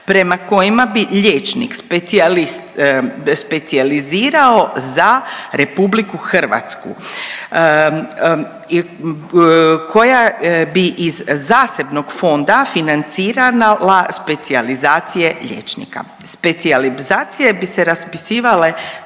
prema kojima bi liječnik specijalist specijalizirao za Republiku Hrvatsku koja bi iz zasebnog fonda financirala specijalizacije liječnika. Specijalizacije bi se raspisivale